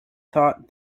thought